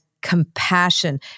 compassion